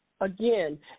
again